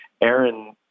Aaron